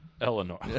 Eleanor